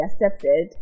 accepted